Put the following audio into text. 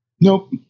Nope